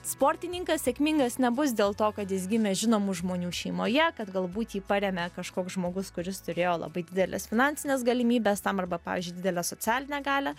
sportininkas sėkmingas nebus dėl to kad jis gimė žinomų žmonių šeimoje kad galbūt jį parėmė kažkoks žmogus kuris turėjo labai dideles finansines galimybes tam arba pavyzdžiui didelę socialinę galią